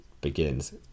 begins